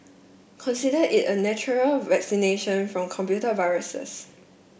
consider it a natural vaccination from computer viruses